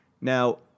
Now